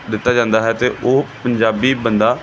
ਦਿੱਤਾ ਜਾਂਦਾ ਹੈ ਅਤੇ ਉਹ ਪੰਜਾਬੀ ਬੰਦਾ